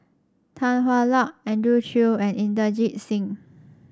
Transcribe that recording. Tan Hwa Luck Andrew Chew and Inderjit Singh